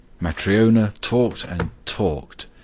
matryona talked and talked,